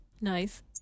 nice